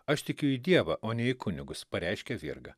aš tikiu į dievą o ne į kunigus pareiškė virga